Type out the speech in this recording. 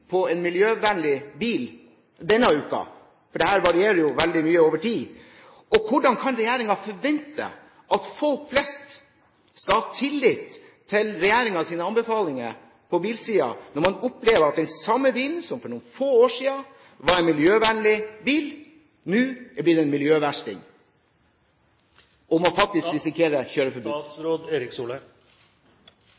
på en miljøvennlig bil denne uken? Dette varierer jo veldig mye over tid. Og hvordan kan regjeringen forvente at folk flest skal ha tillit til regjeringens anbefalinger på bilsiden, når man opplever at den samme bilen som for noen få år siden var en miljøvennlig bil, nå er blitt en miljøversting, og man faktisk